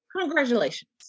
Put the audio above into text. Congratulations